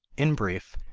in brief,